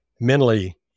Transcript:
mentally